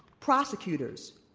prosecutors,